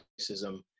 racism